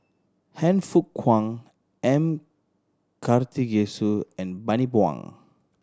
Han Fook Kwang M Karthigesu and Bani Buang